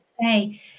say